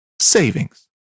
savings